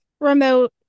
remote